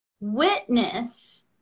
witness